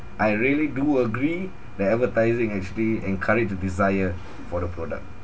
I really do agree that advertising actually encourage a desire for the product